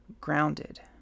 grounded